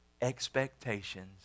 expectations